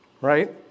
right